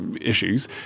issues